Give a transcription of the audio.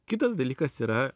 kitas dalykas yra